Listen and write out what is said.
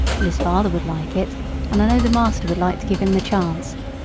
and his father would like it and i know the master would like to give him the chance.